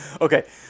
Okay